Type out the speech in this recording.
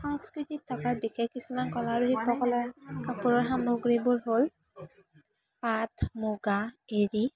সংস্কৃতিত থকা বিশেষ কিছুমান কলা আৰু শিল্পকলাৰ কাপোৰৰ সামগ্ৰীবোৰ হ'ল পাট মুগা এৰি